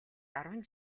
арван